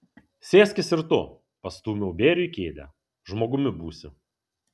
sėskis ir tu pastūmiau bėriui kėdę žmogumi būsi